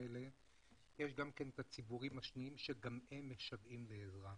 כי יש גם את הציבורים האחרים שגם הם משוועים לעזרה.